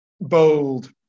bold